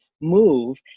move